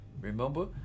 Remember